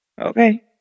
Okay